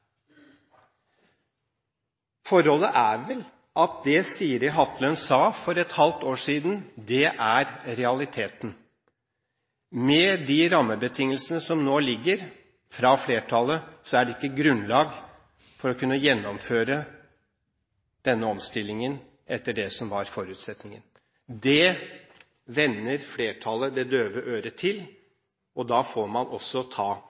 Forholdet er vel at det Siri Hatlen sa for et halvt år siden, er realiteten. Med de rammebetingelsene som nå ligger fra flertallet, er det ikke grunnlag for å kunne gjennomføre denne omstillingen etter det som var forutsetningen. Det vender flertallet det døve øret til, og da får man også ta